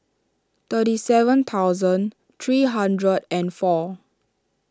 thirty seven thousand three hundred and four